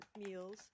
meals